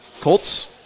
Colts